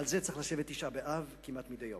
על זה צריך להיות בתשעה באב כמעט מדי יום.